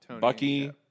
Bucky